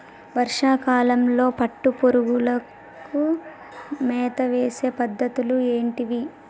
వర్షా కాలంలో పట్టు పురుగులకు మేత వేసే పద్ధతులు ఏంటివి?